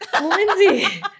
Lindsay